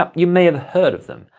ah you may have heard of them,